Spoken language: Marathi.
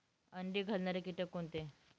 अंडी घालणारे किटक कोणते?